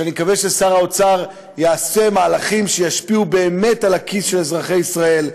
שאני מקווה ששר האוצר יעשה מהלכים שישפיעו באמת על הכיס של אזרחי ישראל,